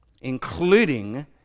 including